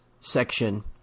section